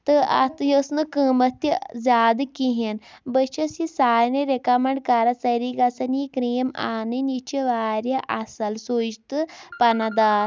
تہٕ اَتھ یہِ ٲس نہٕ قۭمَت تہِ زیادٕ کِہیٖنۍ بہٕ چھٮ۪س یہِ سارنی رِکَمینٛڈ کَران سٲری گژھن یہِ کرٛیٖم اننۍ یہِ چھِ واریاہ اَصٕل سُچ تہٕ پناہ دار